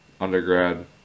undergrad